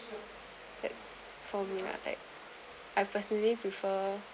that's for me lah like I personally prefer